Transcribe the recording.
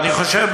ואני חושב,